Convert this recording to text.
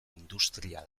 industria